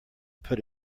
put